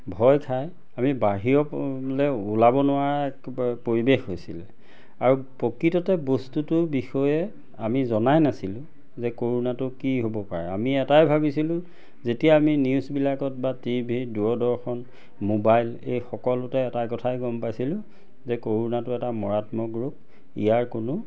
ভয় খাই আমি বাহিৰলে ওলাব নোৱাৰা এক পৰিৱেশ হৈছিলে আৰু প্ৰকৃততে বস্তুটোৰ বিষয়ে আমি জনাই নাছিলোঁ যে কৰোণাটো কি হ'ব পাৰে আমি এটাই ভাবিছিলোঁ যেতিয়া আমি নিউজবিলাকত বা টিভি দূৰদৰ্শন মোবাইল এই সকলোতে এটাই কথাই গম পাইছিলোঁ যে কৰোণাটো এটা মৰাত্মক ৰোগ ইয়াৰ কোনো